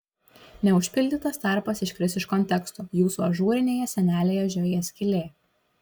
neužpildytas tarpas iškris iš konteksto jūsų ažūrinėje sienelėje žiojės skylė